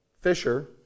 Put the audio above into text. Fisher